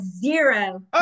zero